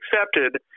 accepted